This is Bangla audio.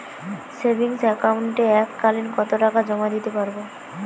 সেভিংস একাউন্টে এক কালিন কতটাকা জমা দিতে পারব?